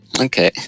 Okay